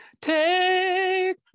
Take